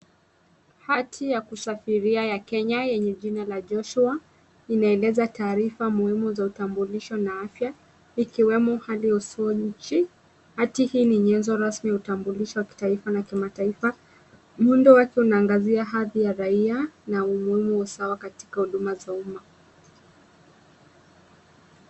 Hati ya kusafiria ya Kenya yenye jina la Joshua inaeleza taarifa muhimu za utambulisho na afya ikiwemo hadi uso wa nchi. Hati hii ni nyenzo rasmi ya utambulisho wa kitaifa na kimataifa, muundo wake unaangazia hati ya raia na umuhimu sawa katika huduma za umma.